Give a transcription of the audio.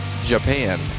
Japan